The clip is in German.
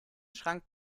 schrank